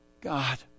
God